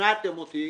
שכנעתם אותי